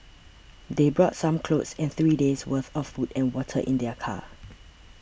they brought some clothes and three days' worth of food and water in their car